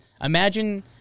imagine